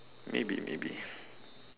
maybe maybe